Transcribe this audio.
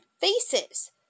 faces